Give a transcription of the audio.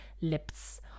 lips